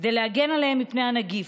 כדי להגן עליהם מפני הנגיף.